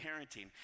parenting